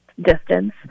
distance